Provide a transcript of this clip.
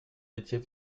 étiez